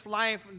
life